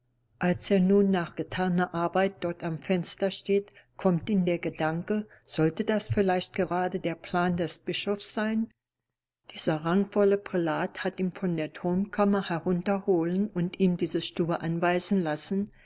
als er nun nach getaner arbeit dort am fenster steht kommt ihm der gedanke sollte das vielleicht gerade der plan des bischofs sein dieser rankevolle prälat hat ihn von der turmkammer herunterholen und ihm diese stube anweisen lassen